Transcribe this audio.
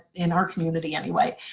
in our community, anyway.